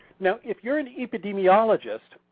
now if you're an epidemiologist,